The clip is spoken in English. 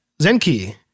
Zenki